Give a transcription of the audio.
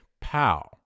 pow